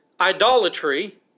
idolatry